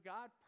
God